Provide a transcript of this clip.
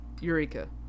Eureka